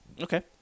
Okay